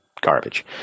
garbage